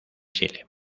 chile